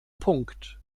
punkt